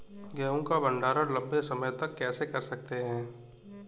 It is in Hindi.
गेहूँ का भण्डारण लंबे समय तक कैसे कर सकते हैं?